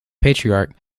patriarch